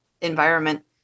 environment